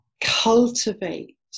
cultivate